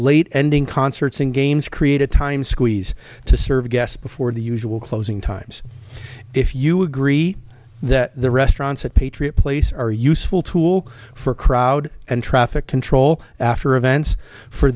late ending concerts and games create a time squeeze to serve guess before the usual closing times if you agree that the restaurants at patriot place are a useful tool for crowd and traffic control after events for